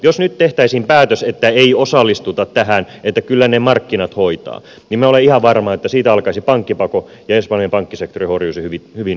jos nyt tehtäisiin päätös että ei osallistuta tähän että kyllä ne markkinat hoitavat niin minä olen ihan varma että siitä alkaisi pankkipako ja espanjalainen pankkisektori horjuisi hyvin vakavasti